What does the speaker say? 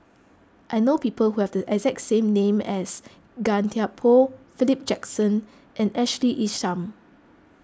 I know people who have the exact same name as Gan Thiam Poh Philip Jackson and Ashley Isham